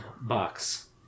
box